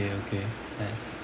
okay okay nice